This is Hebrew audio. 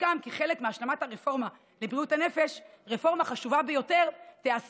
אינה